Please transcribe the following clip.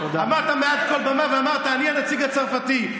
עמדת מעל כל במה ואמרת: אני הנציג הצרפתי.